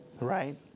Right